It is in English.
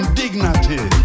dignity